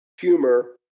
humor